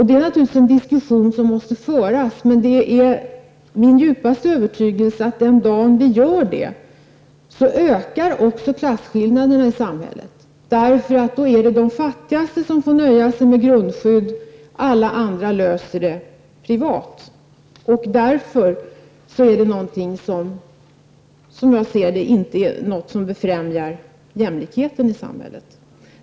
Det är naturligtvis en diskussion som måste föras, men det är min djupaste övertygelse att den dag vi gör det ökar också klasskillnaderna i samhället. Då är det de fattiga som får nöja sig med grundskydet, medan alla andra löser detta privat. Det är därför någonting som, så som jag ser det, inte befrämjar jämlikheten i samhället.